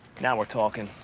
now we're talking.